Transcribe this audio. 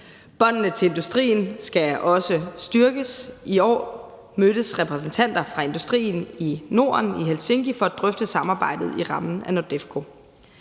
Båndene til industrien skal også styrkes. I år mødtes repræsentanter for industrien i Norden i Helsinki for at drøfte samarbejdet i rammen af NORDEFCO.